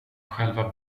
själva